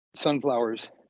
sunflowers